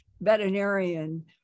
veterinarian